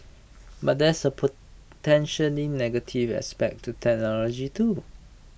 but there's the potentially negative aspect to technology too